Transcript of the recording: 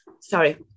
sorry